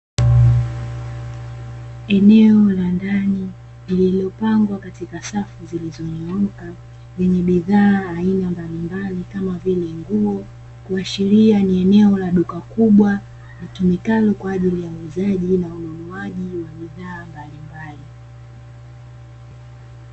Eneo la ndani lililopangwa katika safu zilizonyooka, lenye bidhaa aina mbalimbali kama vile nguo, kuashiria ni eneo la duka kubwa litumikalo kwa ajili ya uuzaji na ununuaji wa bidhaa mbalimbali.